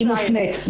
היא מופנית,